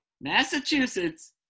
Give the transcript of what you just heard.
Massachusetts